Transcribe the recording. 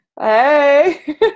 Hey